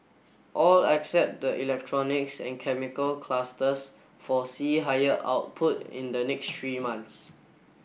all except the electronics and chemical clusters foresee higher output in the next three months